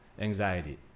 anxiety